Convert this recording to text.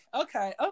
Okay